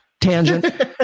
Tangent